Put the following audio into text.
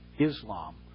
Islam